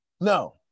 No